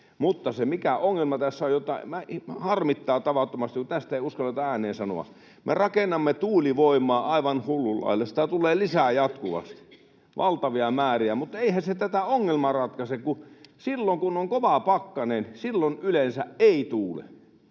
Mutta se, mikä ongelma tässä on ja mikä harmittaa tavattomasti, on, että tästä ei uskalleta ääneen sanoa. Me rakennamme tuulivoimaa aivan hullun lailla. Sitä tulee lisää jatkuvasti, valtavia määriä, mutta eihän se tätä ongelmaa ratkaise, koska silloin, kun on kova pakkanen, yleensä ei tuule.